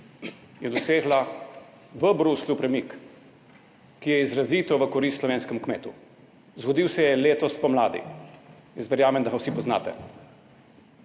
je dosegla v Bruslju premik, ki je izrazito v korist slovenskemu kmetu. Zgodil se je letos spomladi, jaz verjamem, da ga vsi poznate.